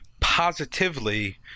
positively